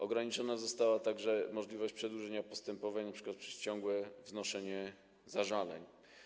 Ograniczona została także możliwość przedłużania postępowań, np. przez ciągłe wnoszenie zażaleń.